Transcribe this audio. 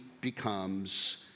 becomes